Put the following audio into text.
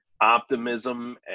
optimism